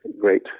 great